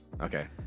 Okay